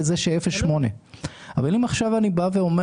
לזה שהעלות שלו היא 0.8%. אם אני אומר לכם,